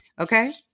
okay